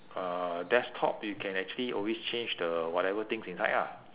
uh desktop you can actually always change the whatever things inside lah